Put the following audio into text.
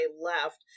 left